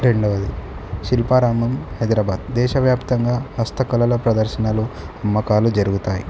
రెండవది శిల్పారామం హైదరాబాద్ దేశవ్యాప్తంగా హస్తకళల ప్రదర్శనలు అమ్మకాలు జరుగుతాయి